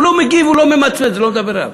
הוא לא מגיב, הוא לא ממצמץ, זה לא מדבר אליו.